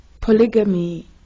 polygamy